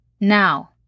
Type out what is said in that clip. Now